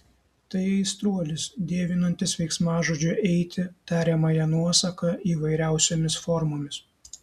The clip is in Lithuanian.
tai aistruolis dievinantis veiksmažodžio eiti tariamąją nuosaką įvairiausiomis formomis